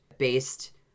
based